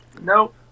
nope